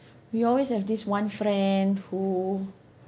we always have this one friend who